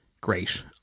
great